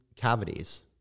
cavities